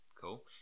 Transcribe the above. Cool